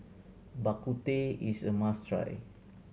Bak Kut Teh is a must try